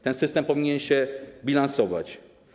Ten system powinien się bilansować.